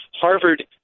Harvard